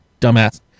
dumbass